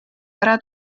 ära